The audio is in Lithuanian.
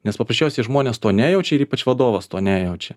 nes paprasčiausiai žmonės to nejaučia ir ypač vadovas to nejaučia